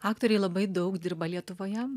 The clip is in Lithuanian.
aktoriai labai daug dirba lietuvoje